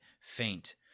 faint